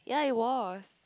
ya it was